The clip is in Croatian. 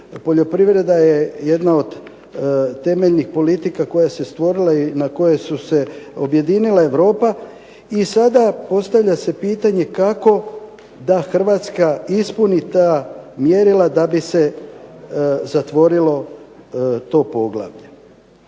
Poljoprivreda je jedna od temeljnih politika koje su se stvorile i na koje su se objedinile Europa i sada postavlja se pitanje kako da Hrvatska ispuni ta mjerila da bi se zatvorilo to poglavlje.